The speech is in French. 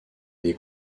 des